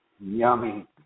Yummy